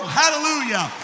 hallelujah